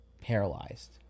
paralyzed